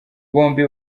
bombi